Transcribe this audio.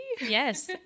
yes